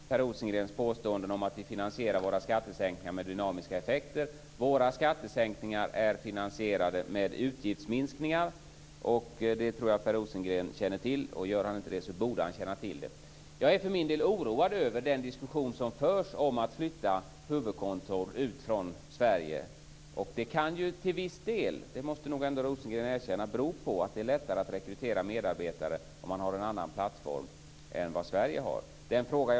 Fru talman! Jag vill bestrida Per Rosengrens påstående om att vi finansierar våra skattesänkningar med dynamiska effekter. Våra skattesänkningar är finansierade med utgiftsminskningar. Det tror jag att Per Rosengren känner till. Om han inte gör det, så borde han göra det. Jag är för min del oroad över den diskussion som förs om att flytta huvudkontor ut ur Sverige. Det kan ju till viss del bero på att det är lättare att rekrytera medarbetare om man har en annan plattform än vad Sverige har. Det måste Rosengren ändå erkänna.